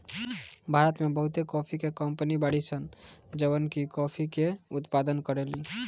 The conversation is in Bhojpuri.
भारत में बहुते काफी के कंपनी बाड़ी सन जवन की काफी के उत्पादन करेली